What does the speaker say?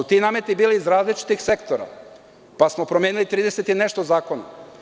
Ti nameti su bili iz različitih sektora, pa smo promenili trideset i nešto zakona.